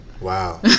wow